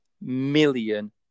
million